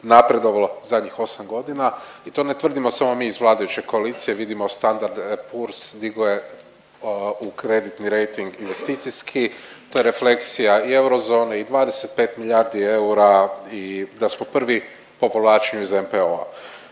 napredovalo zadnjih osam godina i to ne tvrdimo samo mi iz vladajuće koalicije, vidimo Standard&Poor digo je u kreditni rejting investicijski, to je refleksija i eurozone i 25 milijardi eura i da smo prvi po povlačenju iz NPO-a.